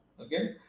okay